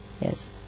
Yes